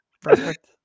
Perfect